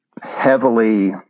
heavily